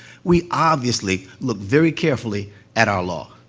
we obviously looked very carefully at our law.